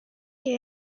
que